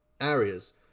areas